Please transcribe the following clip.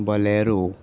bolero